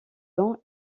dons